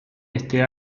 este